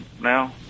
now